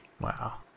wow